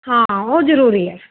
ਹਾਂ ਉਹ ਜ਼ਰੂਰੀ ਹੈ